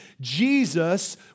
Jesus